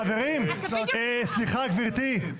חברים, סליחה גברתי.